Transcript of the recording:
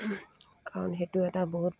কাৰণ সেইটো এটা বহুত